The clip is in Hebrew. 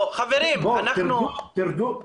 תראו,